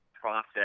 process